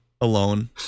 Alone